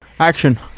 Action